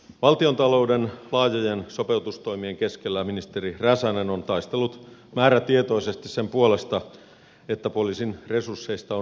valtiontalouden laajojen sopeutustoimien keskellä ministeri räsänen on taistellut määrätietoisesti sen puolesta että poliisin resursseista on huolehdittu